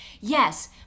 Yes